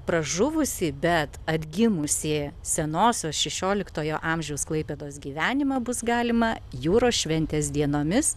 pražuvusį bet atgimusį senosios šešioliktojo amžiaus klaipėdos gyvenimą bus galima jūros šventės dienomis